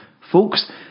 Folks